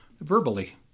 verbally